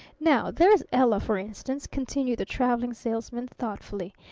now there's ella, for instance, continued the traveling salesman thoughtfully.